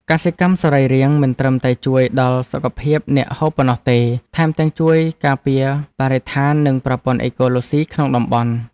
កសិកម្មសរីរាង្គមិនត្រឹមតែជួយដល់សុខភាពអ្នកហូបប៉ុណ្ណោះទេ ថែមទាំងជួយការពារបរិស្ថាននិងប្រព័ន្ធអេកូឡូស៊ីក្នុងតំបន់។